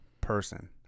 person